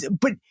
but-